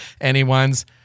anyone's